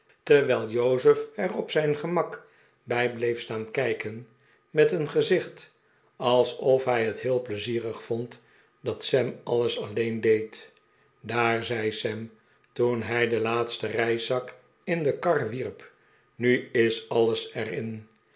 terwijl jozef er op zijn gemak bij bleef staan kijken met een gezichti alsof hij het heel pleizierig vond dat sam alles alleen deed daar zei sam toen hij den laatsten reiszak in de kar wierp nu is alles er